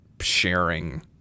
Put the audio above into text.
sharing